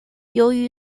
由于